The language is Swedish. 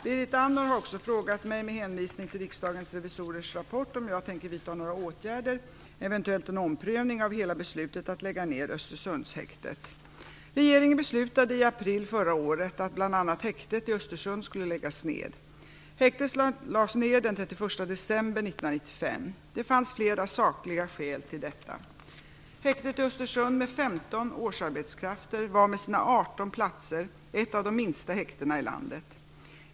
Berit Andnor har också frågat mig, med hänvisning till Riksdagens revisorers rapport, om jag tänker vidta några åtgärder, eventuellt en omprövning av hela beslutet att lägga ned Östersundshäktet. Regeringen beslutade i april förra året att bl.a. häktet i Östersund skulle läggas ned. Häktet lades ned den 31 december 1995. Det fanns flera sakliga skäl till detta. Häktet i Östersund, med 15 årsarbetskrafter, var med sina 18 platser ett av de minsta häktena i landet.